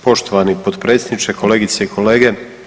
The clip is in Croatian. Poštovani potpredsjedniče, kolegice i kolege.